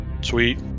sweet